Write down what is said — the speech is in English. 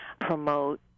promote